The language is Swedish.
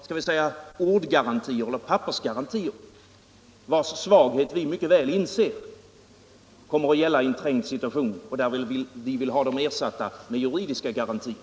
Det är bara ordgarantier eller pap persgarantier, vilkas svagheter uppenbarar sig i en trängd situation. Vi vill ersätta dem med juridiska garantier.